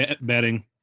betting